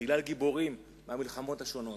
בגלל גיבורים מהמלחמות השונות.